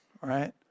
right